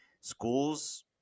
schools